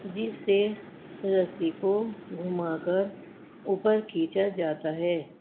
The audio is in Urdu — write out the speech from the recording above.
جس سے رسی کو گھما کر اوپر کھینچا جاتا ہے